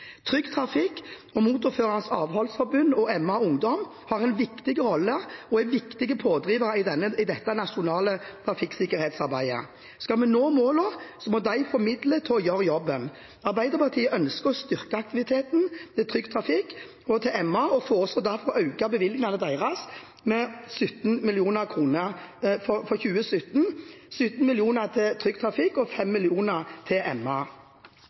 Trygg Trafikk, Motorførernes Avholdsforbund og MA-Ungdom har en viktig rolle og er viktige pådrivere i dette nasjonale trafikksikkerhetsarbeidet. Skal vi nå målene, må de få midler til å gjøre jobben. Arbeiderpartiet ønsker å styrke denne aktiviteten og foreslår derfor å øke bevilgningene til Trygg Trafikk med 17 mill. kr og til MA med 5 mill. kr for 2015. Holdningsskapende arbeid er ikke nok i seg selv. En fersk undersøkelse fra Transportøkonomisk institutt dokumenterer at en halverer antallet drepte og